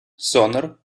sonar